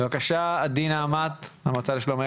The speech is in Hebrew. בבקשה עדי נעמת, המועצה לשלום הילד.